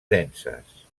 denses